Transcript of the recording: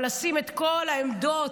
אבל לשים את כל העמדות,